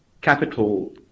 capital